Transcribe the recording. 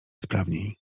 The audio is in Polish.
sprawniej